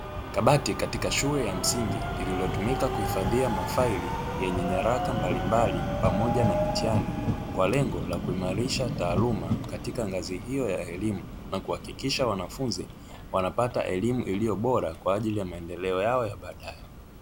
Kabati katika shule ya msingi lililotumika kuhifadhia mafaili yenye nyaraka mbalimbali pamoja na mitihani, kwa lengo la kuimarisha taaluma katika ngazi hiyo ya elimu, na kuhakikisha wanafunzi wanapata elimu iliyobora kwa ajili ya maendeleo yao ya baadaye.